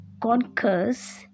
concurs